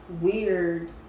weird